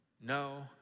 no